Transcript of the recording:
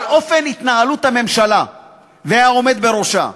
על אופן התנהלות הממשלה והעומד בראשה.